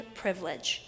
privilege